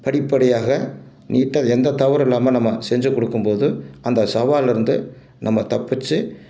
படிபடியாக நீட்டா எந்த தவறும் இல்லாமல் நம்ம செஞ்சு கொடுக்கும் போது அந்த சவாலில் இருந்து நம்ம தப்பித்து